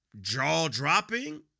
jaw-dropping